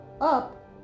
up